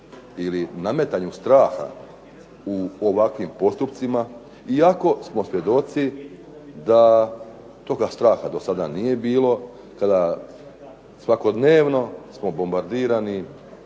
ili nametanju straha u ovakvim postupcima iako smo svjedoci da toga straha dosada nije bilo. Kada svakodnevno smo bombardirani